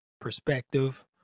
perspective